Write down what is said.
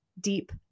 deep